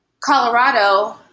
Colorado